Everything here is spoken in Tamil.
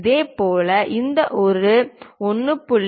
இதேபோல் இந்த ஒரு 1